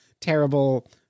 terrible